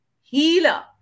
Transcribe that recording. Healer